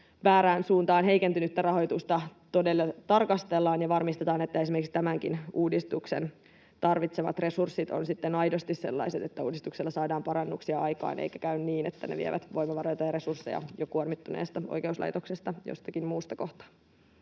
väärään suuntaan kehittynyttä, heikentynyttä rahoitusta todella tarkastellaan ja varmistetaan, että esimerkiksi tämänkin uudistuksen tarvitsemat resurssit ovat sitten aidosti sellaiset, että uudistuksella saadaan parannuksia aikaan, eikä käy niin, että ne vievät voimavaroja tai resursseja jo kuormittuneesta oikeuslaitoksesta jostakin muusta kohtaa.